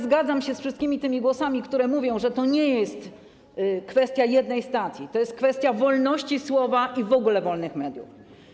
Zgadzam się z wszystkimi tymi głosami, które mówią, że to nie jest kwestia jednej stacji, to jest kwestia wolności słowa i w ogóle wolnych mediów.